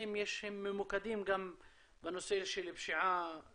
האם הם ממוקדים גם בנושא של פשיעה